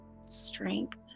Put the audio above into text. strength